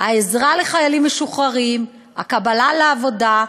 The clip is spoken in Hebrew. העזרה לחיילים משוחררים, הקבלה לעבודה,